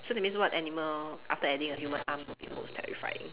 so that means what animal after adding a human arm would be most terrifying